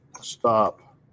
stop